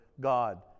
God